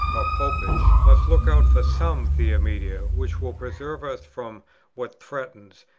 or popish, must look out for some via media which will preserve us from what threatens,